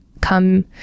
come